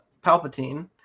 Palpatine